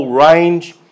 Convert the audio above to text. Range